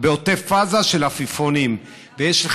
בהפעלת סוכנים ועוד ועוד